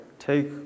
take